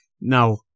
Now